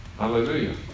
Hallelujah